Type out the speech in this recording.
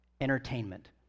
entertainment